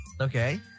Okay